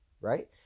Right